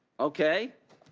okay.